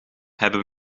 hebben